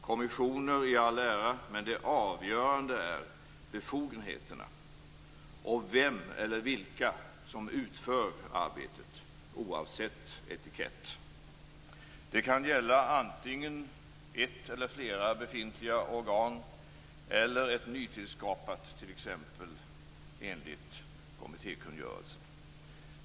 Kommissioner i all ära, men det avgörande är befogenheterna och vem eller vilka som utför arbetet, oavsett etikett. Det kan gälla antingen ett eller flera befintliga organ eller ett nytillskapat, t.ex. enligt kommittékungörelsen.